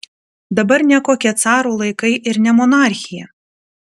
dabar ne kokie caro laikai ir ne monarchija